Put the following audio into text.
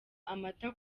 amata